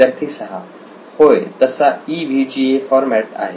विद्यार्थी 6 होय तसा EVGA फॉरमॅट आहे